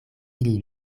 ili